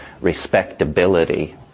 respectability